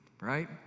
right